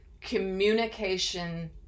communication